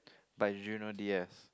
but you know dears